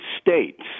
States